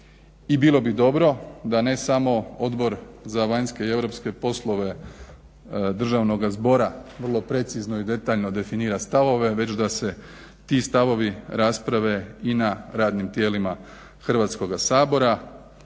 i bilo bi dobro da ne samo Odbor za vanjske i europske poslove državnoga zbora vrlo precizno i detaljno definira stavove, već da se ti stavove rasprave i na radnim tijelima Hrvatskoga sabora.